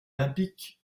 olympique